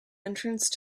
entrance